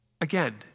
again